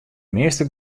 measte